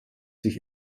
sich